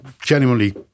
genuinely